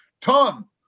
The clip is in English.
tom